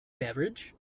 beverage